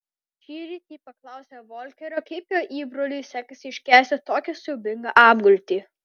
šįryt ji paklausė volkerio kaip jo įbroliui sekasi iškęsti tokią siaubingą apgultį